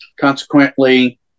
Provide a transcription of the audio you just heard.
consequently